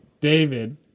David